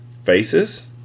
Faces